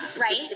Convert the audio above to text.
right